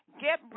Get